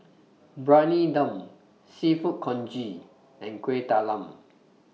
Briyani Dum Seafood Congee and Kueh Talam